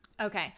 Okay